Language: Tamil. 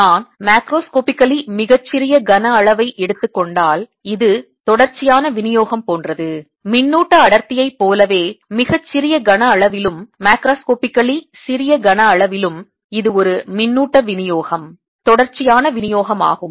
நான் மேக்ரோஸ்கோபிகலி மிகச் சிறிய கனஅளவை எடுத்துக் கொண்டால் இது தொடர்ச்சியான விநியோகம் போன்றது மின்னூட்ட அடர்த்தியைப் போலவே மிகச் சிறிய கனஅளவிலும் மேக்ரோஸ்கோபிகலி சிறிய கனஅளவிலும் இது ஒரு மின்னூட்ட விநியோகம் தொடர்ச்சியான விநியோகமாகும்